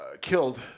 killed